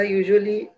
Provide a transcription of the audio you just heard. usually